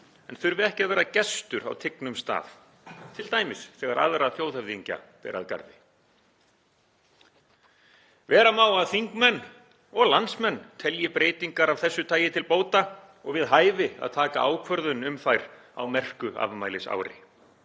en þurfi ekki að vera gestur á tignum stað, t.d. þegar aðra þjóðhöfðingja ber að garði. Vera má að þingmenn og landsmenn telji breytingar af þessu tagi til bóta og við hæfi að taka ákvörðun um þær á merku afmælisári.